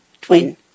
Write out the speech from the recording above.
Twin